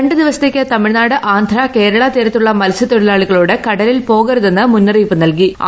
രണ്ട് ദിവസത്തേക്ക് തമിഴ്നാട് ആന്ധാ കേരള തീരത്തുള്ള മൽസ്യത്തൊഴിലാളികളോട് കടലിൽ പോകരുതെന്ന് മുന്നറിയിപ്പ് നൽകിയിട്ടുണ്ട്